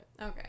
okay